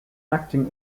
acting